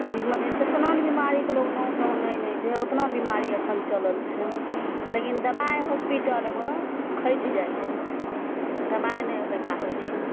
अभी मने जेतनाने बिमारीके लोक नाम नहि जानै छै ओतना बिमारी एखन चलल छै लेकिन दबाइ होस्पिटलमे घैटि जाइ छै दबाइ नहि होइ पाबै छै